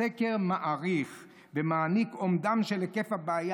הסקר מעריך ומעניק אומדן של היקף הבעיה.